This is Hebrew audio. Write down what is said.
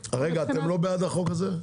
רגע, אתם לא בעד החוק הזה?